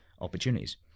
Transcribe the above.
opportunities